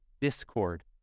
discord